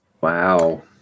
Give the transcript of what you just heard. Wow